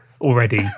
already